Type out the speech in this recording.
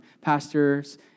pastors